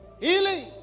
Healing